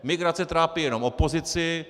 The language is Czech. Migrace trápí jenom opozici.